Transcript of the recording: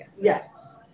yes